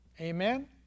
Amen